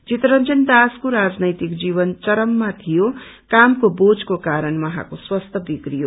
चितरंजन दासको राजनैतिक जीवन चरममा थियो कामको बोझको कारण उहाँको स्वास्थ्य विगड़ीयो